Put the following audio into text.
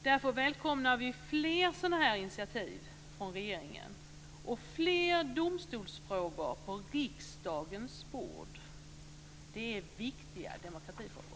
Därför välkomnar vi fler initiativ från regeringen och fler domstolsfrågor på riksdagens bord. De är viktiga demokratifrågor.